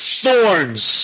thorns